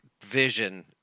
vision